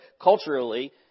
culturally